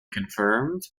confirmed